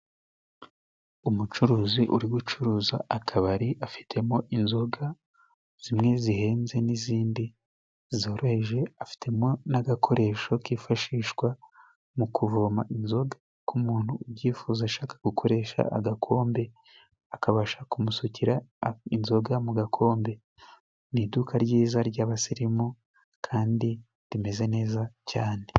Umucuruzi uri gucuruza akabari afitemo inzoga zimwe zihenze, n'izindi zoroheje. Afitemo n'agakoresho kifashishwa mu kuvoma inzoga ku muntu ubyifuza, ashaka gukoresha agakombe akabasha kumusukira inzoga mu gakombe. Ni iduka ryiza ry'abasirimu kandi rimeze neza cyane.